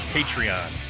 Patreon